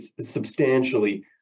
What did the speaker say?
substantially